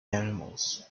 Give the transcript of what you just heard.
animals